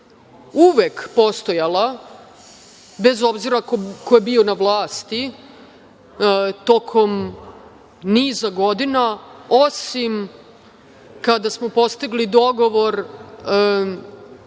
uvek postojala, bez obzira ko je bio na vlasti tokom niza godina, osim kada smo postigli dogovor